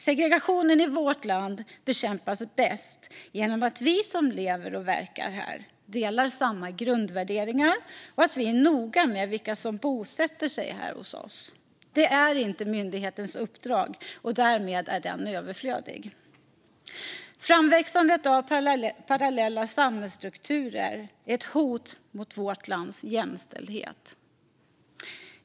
Segregationen i vårt land bekämpas bäst genom att vi som lever och verkar här delar samma grundvärderingar och att vi är noga med vilka som bosätter sig här hos oss. Det är inte myndighetens uppdrag, och därmed är den överflödig. Framväxandet av parallella samhällsstrukturer är ett hot mot vårt lands jämställdhet.